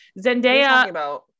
zendaya